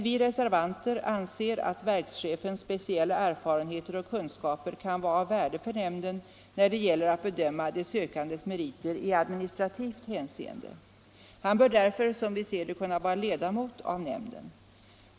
Vi reservanter anser att verkschefens speciella erfarenheter och kunskaper kan vara av värde för nämnden när det gäller att bedöma de sökandes meriter i administrativt hänseende. Han bör därför, som vi ser det, kunna vara ledamot av nämnden.